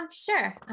Sure